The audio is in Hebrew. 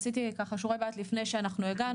עשיתי ככה שיעורי בית לפני שהגענו,